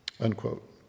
Unquote